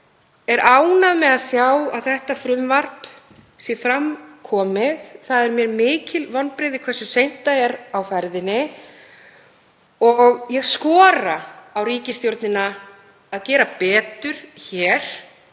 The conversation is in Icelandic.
Ég er ánægð með að þetta frumvarp sé fram komið en það eru mér mikil vonbrigði hversu seint það er á ferðinni. Ég skora á ríkisstjórnina að gera betur og